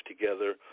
together